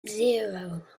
zero